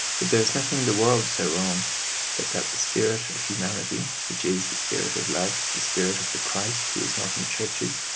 but there is nothing in the world so wrong but that the spirit of humanity, which is the spirit of love, the spirit of the christ who is not in churches,